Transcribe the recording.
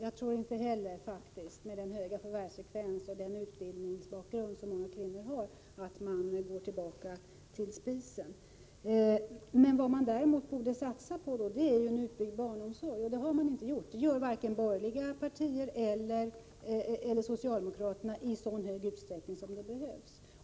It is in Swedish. Herr talman! Med den höga förvärvsfrekvens och den utbildningsbakgrund som många kvinnor har tror inte heller jag att de kommer att gå tillbaka till spisen. Däremot borde man satsa på en utbyggd barnomsorg. Det har man inte gjort. Varken de borgerliga partierna eller socialdemokraterna gör det i den utsträckning det behövs.